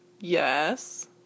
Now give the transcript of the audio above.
Yes